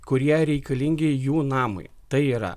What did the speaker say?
kurie reikalingi jų namui tai yra